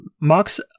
Max